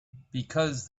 because